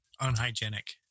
unhygienic